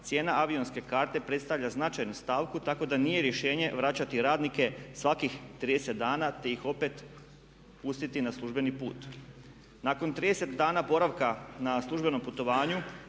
cijena avionske karte predstavlja značajnu stavku tako da nije rješenje vraćati radnike svakih 30 dana te ih opet pustiti na službeni put. Nakon 30 dana boravka na službenom putovanju